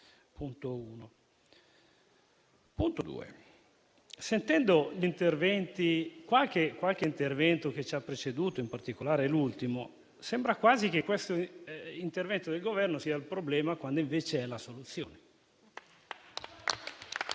secondo luogo, sentendo qualche intervento di chi mi ha preceduto, in particolare l'ultimo, sembra quasi che questo intervento del Governo sia il problema, quando invece è la soluzione.